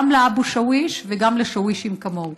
גם לאבו שוויש וגם לשווישים כמוהו.